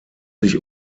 sich